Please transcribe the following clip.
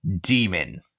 demon